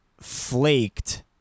flaked